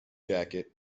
jacket